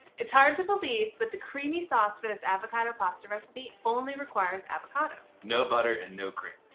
it's hard to believe, but the creamy sauce for this avocado pasta recipe only requires avocado. no butter, and no cream.